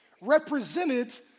represented